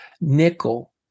nickel